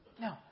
No